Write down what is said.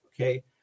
Okay